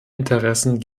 interessen